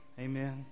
Amen